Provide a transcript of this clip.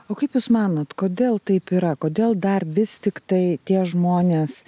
o kaip jūs manot kodėl taip yra kodėl dar vis tiktai tie žmonės